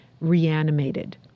reanimated